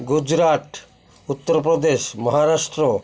Gujarat Uttar Pradesh Maharashtra